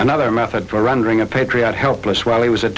another method for running a patriotic helpless while he was a